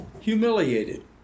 humiliated